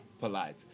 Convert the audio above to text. Polite